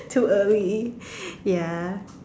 too early ya